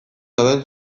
dauden